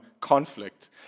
Conflict